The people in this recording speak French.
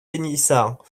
pélissard